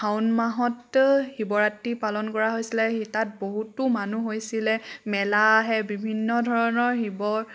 শাওন মাহত শিৱৰাত্ৰী পালন কৰা হৈছিলে তাত বহুতো মানুহ হৈছিলে মেলা আহে বিভিন্ন ধৰণৰ শিৱ